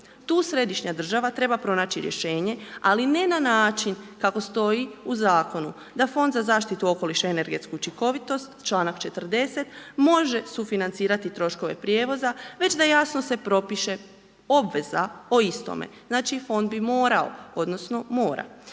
Tu središnja država treba pronaći rješenje ali ne na način kako su stoji u zakonu d Fond za zaštitu okoliša i energetsku učinkovitost članak 40., može sufinancirati troškove prijevoza već da jasno se propiše obveza o istome. Znači fond bi morao odnosno mora.